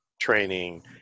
training